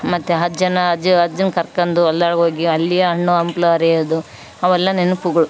ಮತ್ತು ಅಜ್ಜನ ಅಜ್ಜನ ಕರ್ಕಂಡು ಅಲ್ಲರ ಹೋಗಿ ಅಲ್ಲಿಯ ಹಣ್ಣು ಹಂಪಲು ಹರಿಯದು ಅವೆಲ್ಲ ನೆನ್ಪುಗಳು